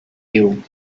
you